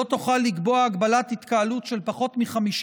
לא תוכל לקבוע הגבלת התקהלות של פחות מ-50